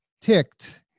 ticked